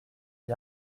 qui